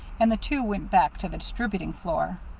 and the two went back to the distributing floor.